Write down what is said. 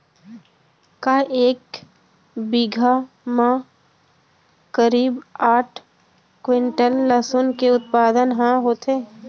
का एक बीघा म करीब आठ क्विंटल लहसुन के उत्पादन ह होथे?